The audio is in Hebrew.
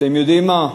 אתם יודעים מה,